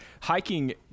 hiking